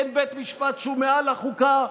אין בית משפט שהוא מעל החוקה,